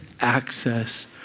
access